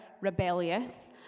rebellious